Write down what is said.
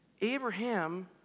Abraham